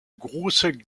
große